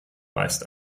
weist